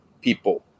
people